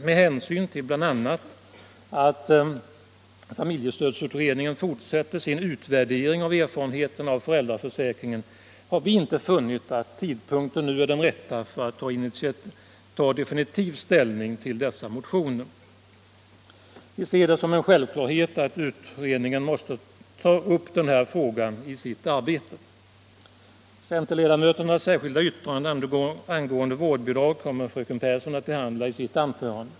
Med hänsyn bl.a. till att familjestödsutredningen fortsätter sin utvärdering av erfarenheterna av föräldraförsäkringen har vi emellertid inte funnit att tidpunkten nu är den rätta för att ta definitiv ställning till dessa motioner. Vi ser det som en självklarhet att utredningen inte kan gå förbi denna fråga i sitt fortsatta arbete. Centerledamöternas särskilda yttrande angående vårdbidrag kommer fröken Pehrsson att behandla i sitt anförande.